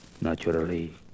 Naturally